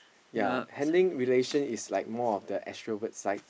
ya handing relation is like more of the extrovert side